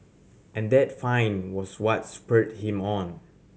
and that find was what spurred him on